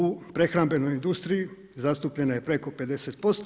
U prehrambenoj industriji zastupljena je preko 50%